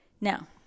Now